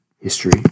history